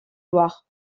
loire